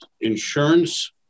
insurance